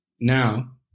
Now